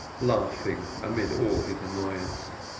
laughing amid all his annoyance.